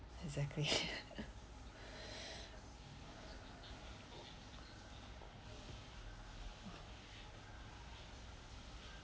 exactly